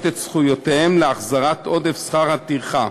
את זכויותיהם להחזרת עודף שכר הטרחה,